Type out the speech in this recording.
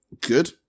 Good